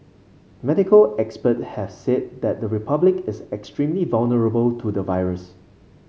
medical expert had said that the Republic is extremely vulnerable to the virus